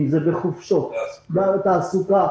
בחופשות ובתעסוקה